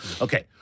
Okay